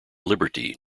liberty